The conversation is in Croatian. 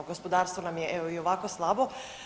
Gospodarstvo nam je evo i ovako slabo.